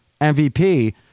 MVP